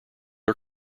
are